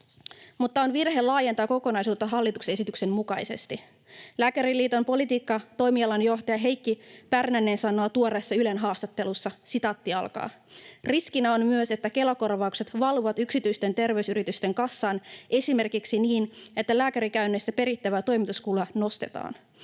Mutta on virhe laajentaa kokonaisuutta hallituksen esityksen mukaisesti. Lääkäriliiton politiikkatoimialan johtaja Heikki Pärnänen sanoo tuoreessa Ylen haastattelussa: ”Riskinä on myös, että Kela-korvaukset valuvat yksityisten terveysyritysten kassaan esimerkiksi niin, että lääkärikäynneistä perittäviä toimituskuluja nostetaan.